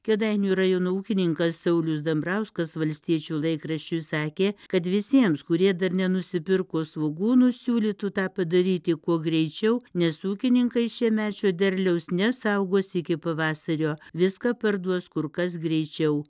kėdainių rajono ūkininkas saulius dambrauskas valstiečių laikraščiui sakė kad visiems kurie dar nenusipirko svogūnų siūlytų tą padaryti kuo greičiau nes ūkininkai šiemečio derliaus nesaugos iki pavasario viską perduos kur kas greičiau